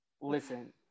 listen